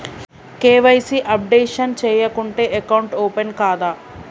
KYC updation చేయకుంటే account open కాదా?